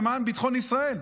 למען ביטחון ישראל.